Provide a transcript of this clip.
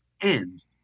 end